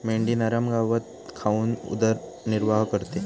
मेंढी नरम गवत खाऊन उदरनिर्वाह करते